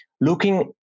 looking